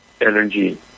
energy